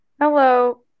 Hello